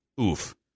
Oof